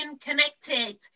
Connected